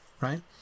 right